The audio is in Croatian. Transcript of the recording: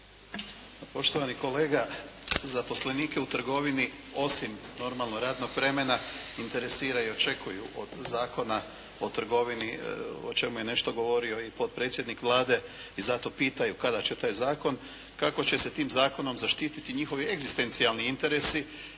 Poštovani kolega, zaposlenike u trgovini osim normalno radnog vremena interesira i očekuju od Zakona o trgovini o čemu je nešto govorio i potpredsjednik Vlade i zato pitaju kada će taj zakon, kako će se tim zakonom zaštititi njihovi egzistencijalni interesi